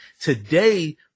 Today